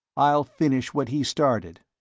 i'll finish what he started,